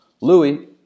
Louis